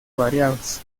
variados